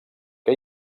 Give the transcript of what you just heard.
que